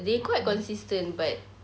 they quite consistent but